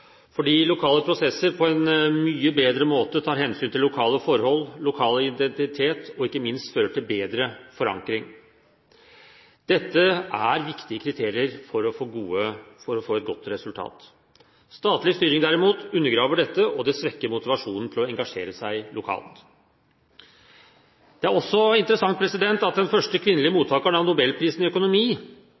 fordi lokale prosesser på en mye bedre måte tar hensyn til lokale forhold, lokal identitet og ikke minst fører til bedre forankring. Dette er viktige kriterier for å få et godt resultat. Statlig styring, derimot, undergraver dette, og det svekker motivasjonen for å engasjere seg lokalt. Det er også interessant at den første kvinnelige mottakeren av nobelprisen i økonomi